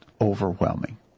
overwhelming